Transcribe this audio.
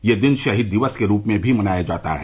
यह दिन शहीद दिवस के रूप में भी मनाया जाता है